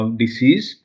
disease